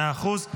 מאה אחוז.